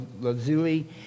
lazuli